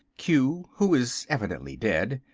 q, who is evidently dead,